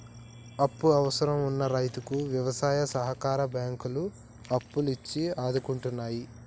అప్పు అవసరం వున్న రైతుకు వ్యవసాయ సహకార బ్యాంకులు అప్పులు ఇచ్చి ఆదుకుంటున్నాయి